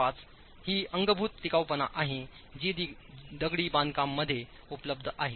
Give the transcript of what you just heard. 5 ही अंगभूत टिकाऊपणा आहे जी दगडी बांधकाम मध्ये उपलब्ध आहे